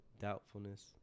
doubtfulness